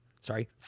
Sorry